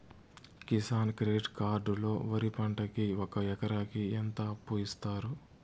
Kisan credit card లో వరి పంటకి ఒక ఎకరాకి ఎంత అప్పు ఇస్తారు?